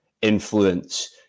influence